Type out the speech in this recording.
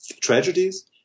tragedies